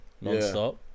non-stop